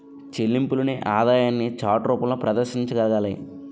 చెల్లింపుల్ని ఆదాయాన్ని చార్ట్ రూపంలో ప్రదర్శించగలగాలి